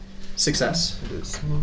Success